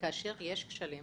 כאשר יש כשלים,